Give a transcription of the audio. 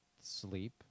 sleep